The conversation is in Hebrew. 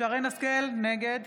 שרן מרים השכל, נגד